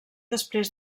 després